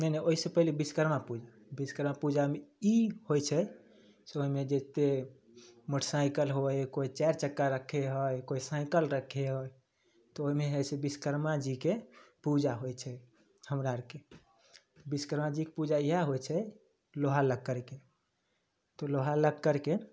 नहि नहि ओहिसे पहिले विश्वकर्मा पूजा विश्वकर्मा पूजामे ई होइ छै से ओहिमे जतेक मोटरसाइकिल होइ हइ कोइ चारि चक्का रखै हइ कोइ साइकल रखै हइ तऽ ओहिमे हइ से विश्वकर्माजीके पूजा होइ छै हमरा आरके विश्वकर्माजीके पूजा इएह होइ छै लोहा लक्कड़के तऽ लोहा लक्कड़के